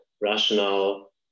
rational